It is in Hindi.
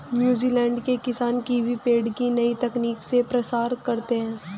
न्यूजीलैंड के किसान कीवी पेड़ का नई तकनीक से प्रसार करते हैं